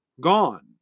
gone